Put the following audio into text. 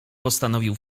postanowił